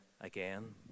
again